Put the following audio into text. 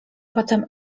potem